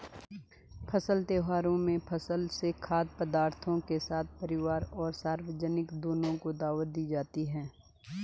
फसल त्योहारों में फसलों से खाद्य पदार्थों के साथ परिवार और सार्वजनिक दोनों को दावत दी जाती है